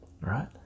right